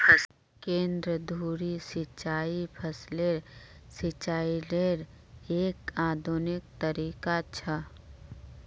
केंद्र धुरी सिंचाई फसलेर सिंचाईयेर एक आधुनिक तरीका छ